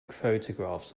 photographs